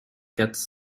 quatre